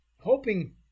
Hoping